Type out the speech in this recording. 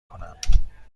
کنم